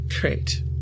Great